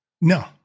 No